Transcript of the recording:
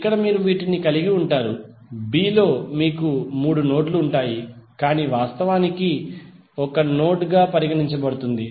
ఇక్కడ మీరు వీటిని కలిగి ఉంటారు బి లో మీకు మూడు నోడ్లు ఉంటాయి కాని వాస్తవానికి ఇది ఒక నోడ్ గా పరిగణించబడుతుంది